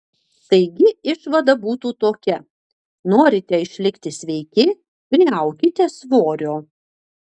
taigi išvada būtų tokia norite išlikti sveiki priaukite svorio